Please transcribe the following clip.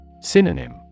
Synonym